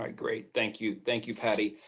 um great. thank you. thank you, patty.